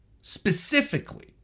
specifically